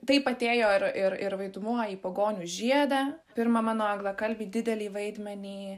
taip atėjo ir ir ir vaidmuo į pagonių žiedą pirmą mano anglakalbį didelį vaidmenį